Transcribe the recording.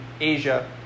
Asia